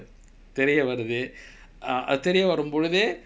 தெரிய வருது:teriya varutu uh அது தெரியவரும் பொழுது:athu teriyavarum polutu